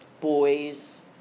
boys